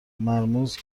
مرموز